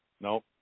Nope